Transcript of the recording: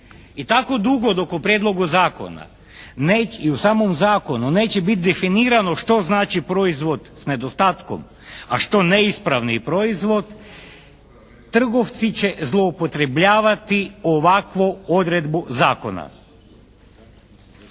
I tako dugo dok u prijedlogu zakona i u samom zakonu neće biti definirano što znači proizvod s nedostatkom, a što neispravni proizvod trgovci će zloupotrebljavati ovakvu odredbu zakona.